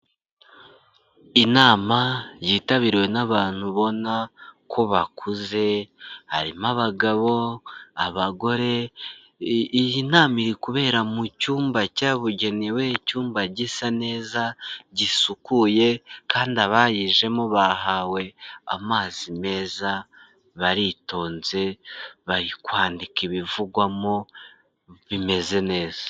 Inama yitabiriwe n'abantu ubona ko bakuze, harimo: abagabo, abagore, iyi nama iri kubera mu cyumba cyabugenewe, icyumba gisa neza gisukuye, kandi abayijemo bahawe amazi meza, baritonze, bari kwandika ibivugwamo, bimeze neza.